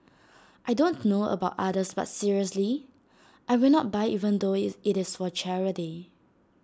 I don't know about others but seriously I will not buy even though IT it is for charity